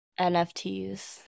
NFTs